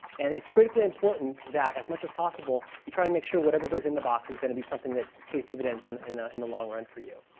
and it's critically important that as much as possible you try to and make sure whatever goes in the box is going to be something that pays dividends and in the in the long run for you.